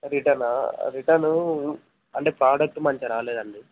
రిటనా return అంటే product మంచిగా రాలేదు అండి